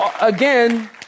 again